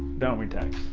don't we tex?